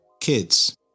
kids